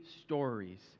stories